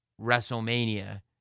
WrestleMania